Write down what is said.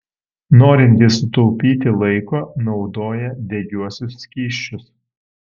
norintys sutaupyti laiko naudoja degiuosius skysčius